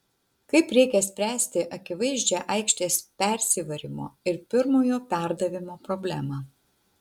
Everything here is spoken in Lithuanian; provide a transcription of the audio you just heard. kaip reikia spręsti akivaizdžią aikštės persivarymo ir pirmojo perdavimo problemą